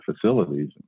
facilities